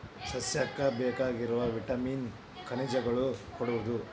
ಸಸ್ಯಕ್ಕ ಬೇಕಾಗಿರು ವಿಟಾಮಿನ್ ಖನಿಜಗಳನ್ನ ಕೊಡುದು